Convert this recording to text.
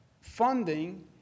funding